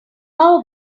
how